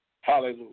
Hallelujah